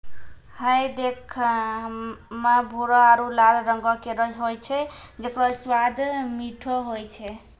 हय देखै म भूरो आरु लाल रंगों केरो होय छै जेकरो स्वाद मीठो होय छै